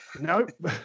Nope